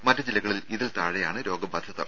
മറ്റ് ജില്ലകളിൽ ഇതിൽ താഴെയാണ് രോഗബാധിതർ